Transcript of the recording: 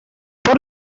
por